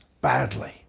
badly